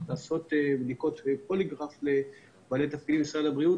לעשות בדיקות פוליגרף לבעלי תפקידים במשרד הבריאות,